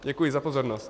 Děkuji za pozornost.